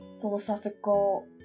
philosophical